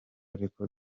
ariko